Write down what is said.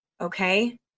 Okay